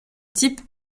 type